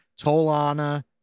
Tolana